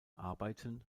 arbeiten